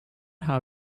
how